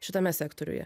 šitame sektoriuje